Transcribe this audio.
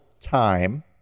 time